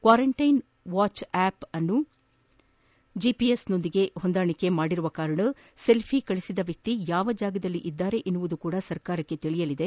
quarantine watch app ಅನ್ನು ಜಿಪಿಎಸ್ನೊಂದಿಗೆ ಹೊಂದಾಣಿಕೆ ಮಾಡಿರುವುದರಿಂದ ಸೆಲ್ಪಿ ಕಳುಹಿಸಿದ ವ್ಯಕ್ತಿ ಯಾವ ಸ್ಥಳದಲ್ಲಿದ್ದಾರೆ ಎನ್ನುವುದೂ ಸಹ ಸರ್ಕಾರಕ್ಕೆ ತಿಳಿಯಲಿದೆ